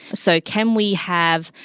so can we have,